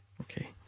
Okay